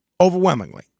overwhelmingly